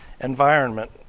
environment